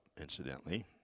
incidentally